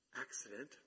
accident